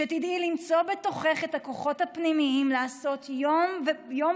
שתדעי למצוא בתוכך את הכוחות הפנימיים לעשות יום-יום